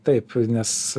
taip nes